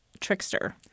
trickster